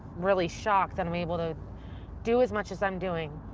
really shocked that i'm able to do as much as i'm doing.